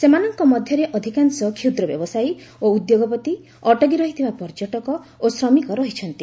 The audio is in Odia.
ସେମାନଙ୍କ ମଧ୍ୟରେ ଅଧିକାଂଶ କ୍ଷୁଦ୍ର ବ୍ୟବସାୟୀ ଓ ଉଦ୍ୟୋଗପତି ଅଟକି ରହିଥିବା ପର୍ଯ୍ୟଟକ ଓ ଶ୍ରମିକ ରହିଛନ୍ତି